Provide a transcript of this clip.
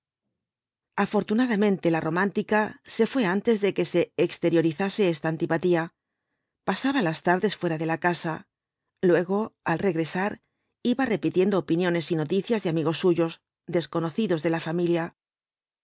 afortunadamente la romántica se fué antes de que se exteriorizase esta antipatía pasaba las tardes fuera de la casa luego al regresar iba repitiendo opiniones y noticias de amigos suyos desconocidos de la familia